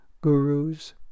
gurus